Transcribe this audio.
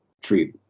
treat